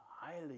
highly